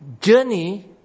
journey